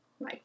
Bye